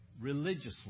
religiously